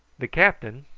the captain,